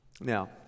Now